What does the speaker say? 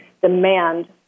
demand